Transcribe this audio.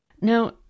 Now